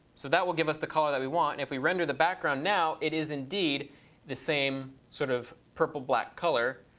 so that will give us the color that we want. if we render the background now, it is indeed the same sort of purple black color